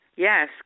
Yes